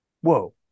whoa